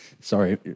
Sorry